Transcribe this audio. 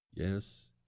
Yes